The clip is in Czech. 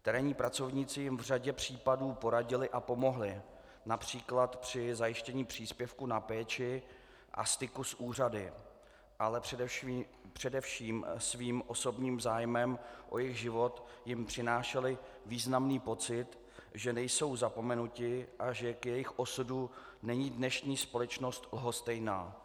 Terénní pracovníci jim v řadě případů poradili a pomohli například při zajištění příspěvku na péči a styku s úřady, ale především svým osobním zájmem o jejich život jim přinášeli významný pocit, že nejsou zapomenuti a že k jejich osudu není dnešní společnost lhostejná.